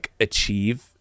achieve